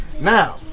Now